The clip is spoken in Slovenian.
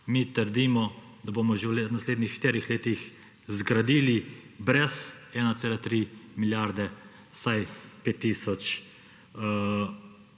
Mi trdimo, da bomo v naslednjih štirih letih zgradili brez 1,3 milijarde vsaj 5 tisoč